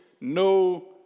no